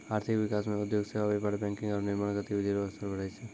आर्थिक विकास मे उद्योग सेवा व्यापार बैंकिंग आरू निर्माण गतिविधि रो स्तर बढ़ै छै